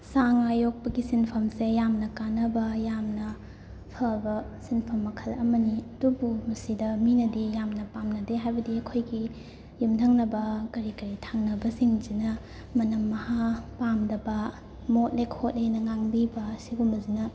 ꯁꯥ ꯉꯥ ꯌꯣꯛꯄꯒꯤ ꯁꯤꯟꯐꯝꯁꯦ ꯌꯥꯝꯅ ꯀꯥꯟꯅꯕ ꯌꯥꯝꯅ ꯐꯕ ꯁꯤꯟꯐꯝ ꯃꯈꯜ ꯑꯃꯅꯤ ꯑꯗꯨꯕꯨ ꯃꯁꯤꯗ ꯃꯤꯅꯗꯤ ꯌꯥꯝꯅ ꯄꯥꯝꯅꯗꯦ ꯍꯥꯏꯕꯗꯤ ꯑꯩꯈꯣꯏꯒꯤ ꯌꯨꯝꯊꯪꯅꯕ ꯀꯔꯤ ꯀꯔꯤ ꯊꯪꯅꯕ ꯁꯤꯡꯁꯤꯅ ꯃꯅꯝ ꯃꯍꯥ ꯄꯥꯝꯗꯕ ꯃꯣꯠꯂꯦ ꯈꯣꯠꯂꯦꯅ ꯉꯥꯡꯕꯤꯕ ꯁꯤꯒꯨꯝꯕꯁꯤꯅ